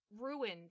ruined